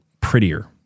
prettier